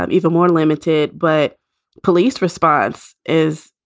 um even more limited. but police response is,